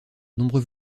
nombreux